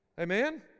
Amen